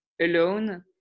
alone